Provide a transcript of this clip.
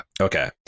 Okay